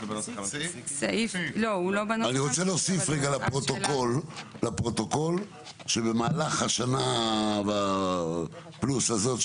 אני רוצה להוסיף רגע לפרוטוקול שבמהלך השנה פלוס הזאת,